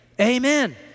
amen